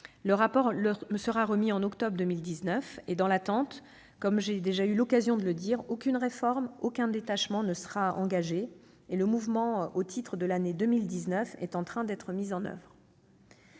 Leur rapport me sera remis en octobre 2019. Dans cette attente, et comme j'ai déjà eu l'occasion de le dire, aucune réforme, aucun détachement, ne sera engagé, et le mouvement au titre de l'année 2019 est en train d'être mis en oeuvre.